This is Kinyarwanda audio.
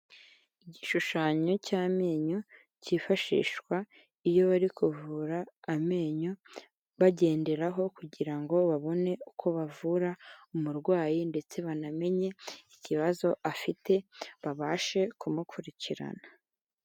Igishushanyo cy'amenyo cyifashishwa iyo bari kuvura amenyo, bagenderaho kugira ngo babone uko bavura umurwayi ndetse banamenye ikibazo afite, babashe kumukurikirana.